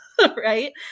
Right